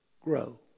grow